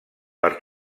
per